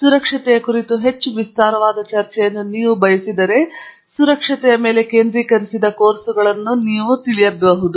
ಸುರಕ್ಷತೆಯ ಕುರಿತು ಹೆಚ್ಚು ವಿಸ್ತಾರವಾದ ಚರ್ಚೆಯನ್ನು ನೀವು ಬಯಸಿದರೆ ಸುರಕ್ಷತೆಯ ಮೇಲೆ ಕೇಂದ್ರೀಕರಿಸಿದ ಕೋರ್ಸುಗಳಿಗೆ ನೀವು ಹಾಜರಾಗಬೇಕಾಗಿದೆ